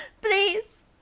Please